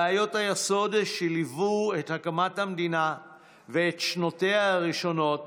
בעיות היסוד שליוו את הקמת המדינה ואת שנותיה הראשונות